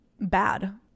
bad